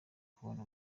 kubona